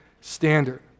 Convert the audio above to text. standard